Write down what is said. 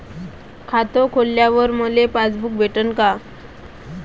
खातं खोलल्यावर मले पासबुक भेटन का?